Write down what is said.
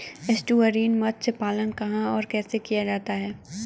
Estuarine मत्स्य पालन कहां और कैसे किया जाता है?